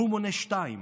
והוא מונה שתיים,